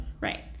right